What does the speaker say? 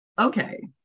Okay